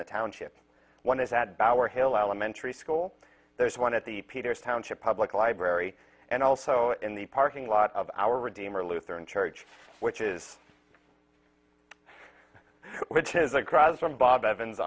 the township one is at bauer hill elementary school there's one at the peter's township public library and also in the parking lot of our redeemer lutheran church which is which is across from bob evans